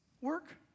work